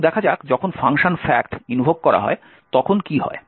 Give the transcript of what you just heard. এখন দেখা যাক যখন ফাংশন fact ইনভোক করা হয় তখন কী হয়